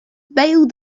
bail